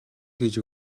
хийж